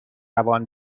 روان